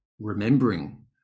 remembering